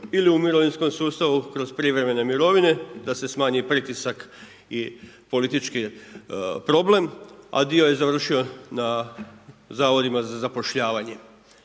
ili u mirovinskom sustavu kroz privremene mirovine da se smanji pritisak i politički problem, a dio je završio na Zavodima za zapošljavanje.